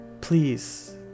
please